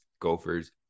Gophers